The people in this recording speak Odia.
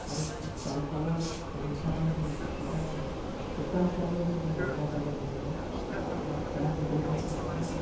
ଆରୁ ଇ ପେନ୍ କଲର୍ ପେନ୍ ମିଶା ରଙ୍ଗ ଯେନ୍ ଅଛେ ସେଟାକିନି ଶୁକା ହିସାବେ କିନି ଅଲ୍ଗା ଜାଗାକେ ନେଇ ହେବା ଆର୍ ସେଟା ପେନ୍ ଦେଇକରି ସେଟାକେ